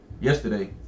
yesterday